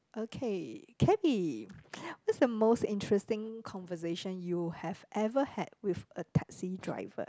okay Kelly what's the most interesting conversation you have ever had with a taxi driver